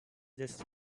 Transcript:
this